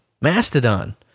Mastodon